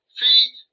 feet